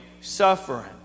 suffering